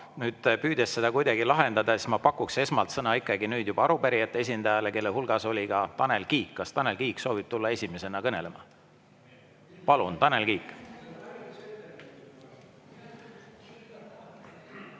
nüüd, püüdes seda kuidagi lahendada, ma pakuks esmalt sõna arupärijate esindajale, kelle hulgas oli ka Tanel Kiik. Kas Tanel Kiik soovib tulla esimesena kõnelema? Palun, Tanel Kiik!